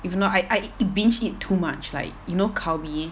if not I I binge eat too much like you know calbee